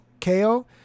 KO